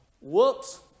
Whoops